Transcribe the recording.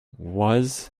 was